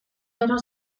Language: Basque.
gero